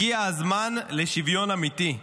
הגיע הזמן לשוויון אמיתי.